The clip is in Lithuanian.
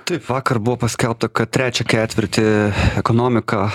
taip vakar buvo paskelbta kad trečią ketvirtį ekonomika